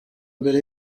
mbere